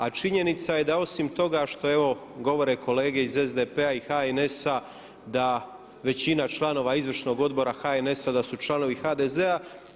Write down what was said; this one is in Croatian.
A činjenica je da osim toga što evo govore kolege iz SDP-a i HNS-a da većina članova izvršnog odbora HNS-a da su članovi HDZ-a.